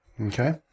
Okay